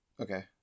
Okay